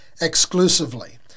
exclusively